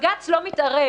בג"ץ לא מתערב.